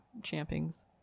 Champings